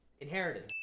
Inherited